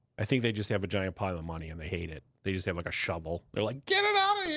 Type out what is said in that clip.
i think they just have a giant pile of money, and they hate it. they just have like a shovel. they're like, get it out of